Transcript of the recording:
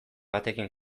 batekin